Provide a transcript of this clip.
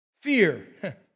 Fear